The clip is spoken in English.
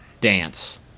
dance